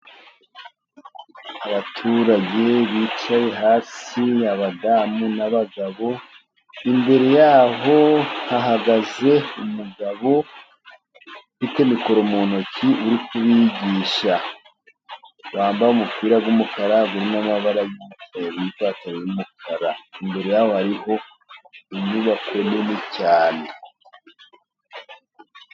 Abaturage bicaye hasi abadamu n'abagabo, imbere yabo hahagaze umugabo, ufite mikoro mu ntoki uri kubigisha. Wambaye umupira w'umukara, urimo amabara y'umutuku, n'ipantaro y'umukara, imbere yabo hariho inyubako nini cyane.